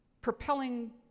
propelling